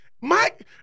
Mike